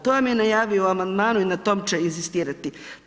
To vam je najavio u amandmanu i na tome će inzistirati.